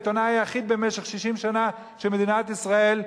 העיתונאי היחיד במשך 60 שנה שמדינת ישראל,